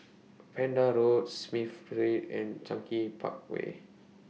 Pender Road Smith Street and Cluny Park Way